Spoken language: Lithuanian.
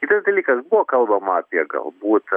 kitas dalykas buvo kalbama apie galbūt